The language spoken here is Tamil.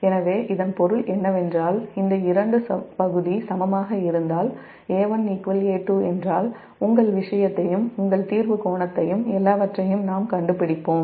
எனவே இதன் பொருள் என்னவென்றால் இந்த இரண்டு பகுதி சமமாக இருந்தால் A1 A2 என்றால் உங்கள் விஷயத்தையும் உங்கள் தீர்வு கோணத்தையும் எல்லாவற்றையும் நாம் கண்டுபிடிப்போம்